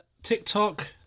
TikTok